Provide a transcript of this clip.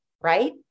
right